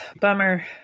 bummer